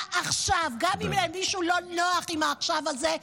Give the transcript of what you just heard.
עכשיו" גם אם ירגישו לא נוח עם ה"עכשיו" הזה.